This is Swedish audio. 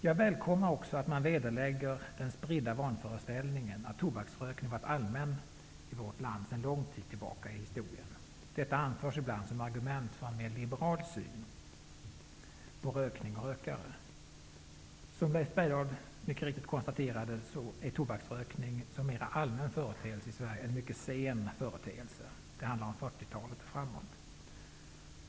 Jag välkomnar också att man vederlägger den spridda vanföreställningen att tobaksrökning har varit allmän i vårt land sedan lång tid tillbaka i historien. Detta anförs ibland som argument för en mera liberal syn på rökning och rökare. Som Leif Bergdahl mycket riktigt konstaterat är tobaksrökning som en mera allmän företeelse i Sverige en mycket sen företeelse. Det handlar om 40-talet och framåt.